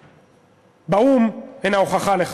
מוזרות באו"ם הן ההוכחה לכך.